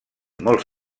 molts